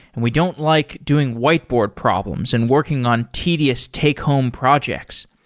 and we don't like doing whiteboard problems and working on tedious take home projects.